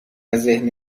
ذهن